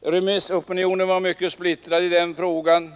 Remissopinionen var mycket splittrad i den frågan.